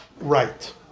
right